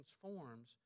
transforms